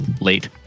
late